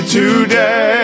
today